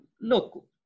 look